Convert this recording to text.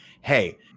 Hey